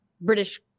British